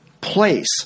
place